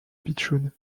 pitchoun